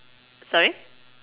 sorry